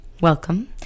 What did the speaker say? welcome